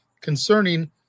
concerning